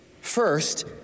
First